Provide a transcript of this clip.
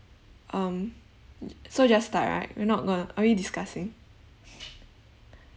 um so just that right we're not gonna are we discussing